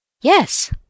Yes